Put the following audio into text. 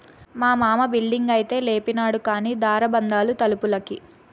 మా మామ బిల్డింగైతే లేపినాడు కానీ దార బందాలు తలుపులకి